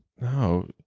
no